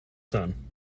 sun